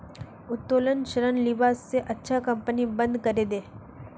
उत्तोलन ऋण लीबा स अच्छा कंपनी बंद करे दे